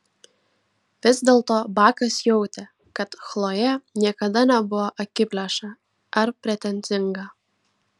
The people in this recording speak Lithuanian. vis dėlto bakas jautė kad chlojė niekada nebuvo akiplėša ar pretenzinga